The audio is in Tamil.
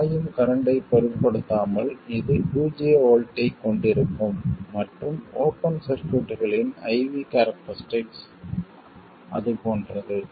பாயும் கரண்ட்டைப் பொருட்படுத்தாமல் இது பூஜ்ஜிய வோல்ட்டேஜ் ஐக் கொண்டிருக்கும் மற்றும் ஓபன் சர்க்யூட்களின் I V கேரக்டரிஸ்டிக் அது போன்றது